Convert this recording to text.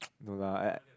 no lah at